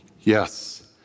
Yes